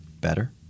better